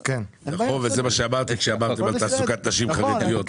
זה מה שאמרתי כשאמרתם על תעסוקת נשים חרדיות,